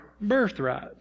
birthright